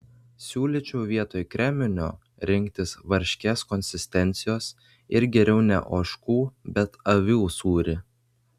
siūlyčiau vietoj kreminio rinktis varškės konsistencijos ir geriau ne ožkų bet avių sūrį